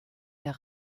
der